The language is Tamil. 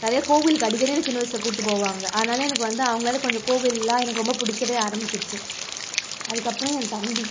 நிறையா கோவிலுக்கு அடிக்கடி சின்ன வயசில் கூட்டிட்டு போவாங்க அதனால் எனக்கு வந்து அவங்களால் கொஞ்சம் கோவில்லாம் எனக்கு ரொம்ப பிடிக்கவே ஆரம்பிச்சுருச்சு அதுக்கு அப்புறம் என் தம்பி